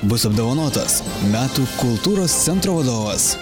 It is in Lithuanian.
bus apdovanotas metų kultūros centro vadovas